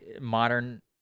modern